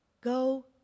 go